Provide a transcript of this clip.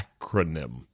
acronym